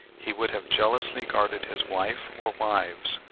he would have jealously guarded his wife or wives.